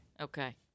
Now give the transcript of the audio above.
Okay